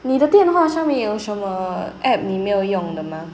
你的电话上面有什么 app 你没有用的吗